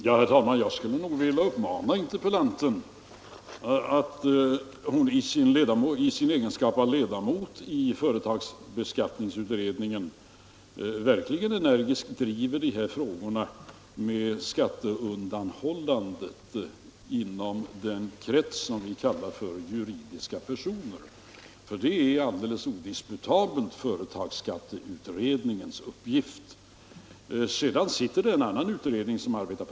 Herr talman! Jag skulle nog vilja uppmana interpellanten att hon i sin egenskap av ledamot i företagsskatteberedningen verkligen energiskt driver de här frågorna om skatteundanhållandet inom den krets som vi kallar för juridiska personer. Det är alldeles odisputabelt företagsskatteberedningens uppgift att behandla sådana frågor.